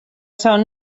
savu